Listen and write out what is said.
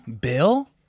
Bill